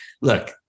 look